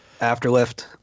Afterlift